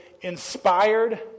inspired